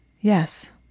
Yes